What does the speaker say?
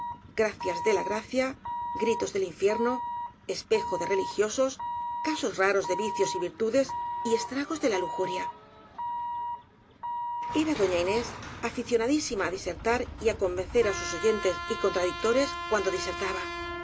gracias de la gracia gritos del infierno espejo de religiosos casos raros de vicios y virtudes y estra gos de la lujuria era doña inés aficionadísima á disertar y á con vencer á sus oyentes y contradictores cuando